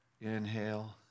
inhale